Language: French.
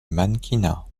mannequinat